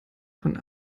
von